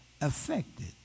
affected